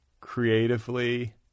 creatively